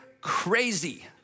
crazy